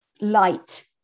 light